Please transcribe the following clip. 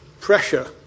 pressure